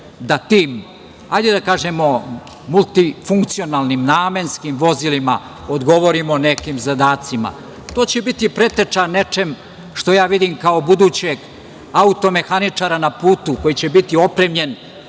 da tim, hajde da kažemo, multifunkcionalnim, namenskim vozilima odgovorimo nekim zadacima. To će biti preteča nečemu što ja vidim kao budućeg automehaničara na putu, koji će biti opremljen